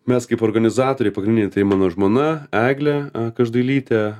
mes kaip organizatoriai pagrindiniai tai mano žmona egle a každailytė